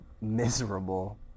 miserable